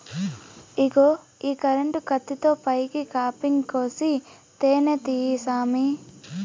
ఇగో ఈ కరెంటు కత్తితో పైన కాపింగ్ కోసి తేనే తీయి సామీ